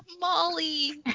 Molly